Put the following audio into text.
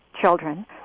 children